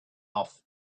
off